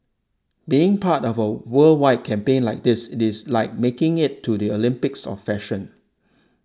being part of a worldwide campaign like this it is like making it to the Olympics of fashion